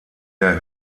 der